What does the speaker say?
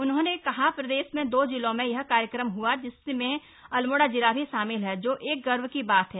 उन्होंने कहा प्रदेश में दो जिलों में यह कार्यक्रम हआ जिसमें अल्मोड़ा जिला भी शामिल है जो एक गर्व की बात है